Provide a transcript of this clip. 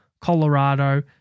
Colorado